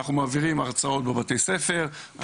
אנחנו מעבירים הרצאות בבתי הספר,